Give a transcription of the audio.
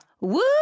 Woo